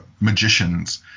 magicians